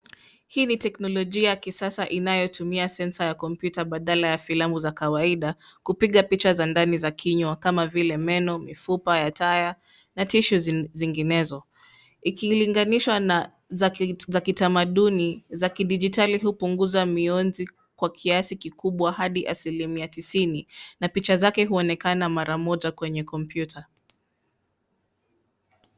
Hii ni teknolojia ya kisasa inayotumia sensa ya kompyuta badala ya filamu za kawaida kupiga picha za ndani za kinywa kama vile meno, mifupa ya taya na tishu zinginezo. Ikilinganishwa na za kitamaduni za kidijitali, hupunguza mionzi kwa kiasi kikubwa hadi asilimia tisini na picha zake huonekana mara moja kwenye kompyuta.